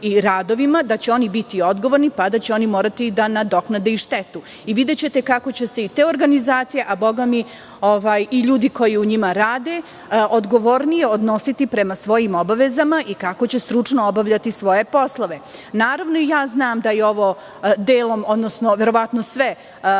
i radovima biće odgovorni i moraće da nadoknade štetu. Videćete kako će se te organizacije, a bogami, i ljudi koji u njima rade odgovornije odnositi prema svojim obavezama i kako će stručno obavljati svoje poslove. Znam da je ovo delom, a verovatno sve,